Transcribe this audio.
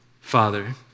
Father